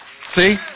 See